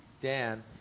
Dan